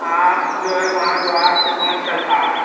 آپ جو ہے وہاں جو آٹھ سے پانچ چلتا ہے